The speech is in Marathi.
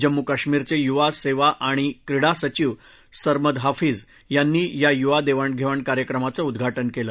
जम्मू कश्मीरचे युवा सेवा आणि क्रीडा सचीव सरमद हाफीज यांनी या युवा देवाण घेवाण कार्यक्रमाचं उद्घाटन केलं